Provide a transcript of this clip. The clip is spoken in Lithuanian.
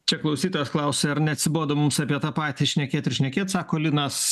čia klausytojas klausia ar neatsibodo mums apie tą patį šnekėt ir šnekėt sako linas